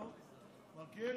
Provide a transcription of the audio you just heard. מלכיאלי,